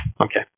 okay